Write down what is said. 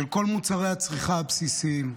של כל מוצרי הצריכה הבסיסיים,